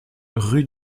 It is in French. rue